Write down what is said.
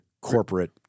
corporate